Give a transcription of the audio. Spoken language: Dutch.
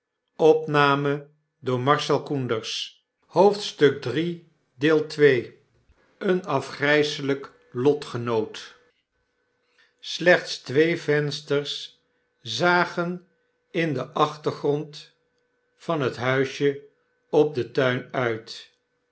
slechts twee vensters zagen in den achtergrond van het huisje op den tuin uit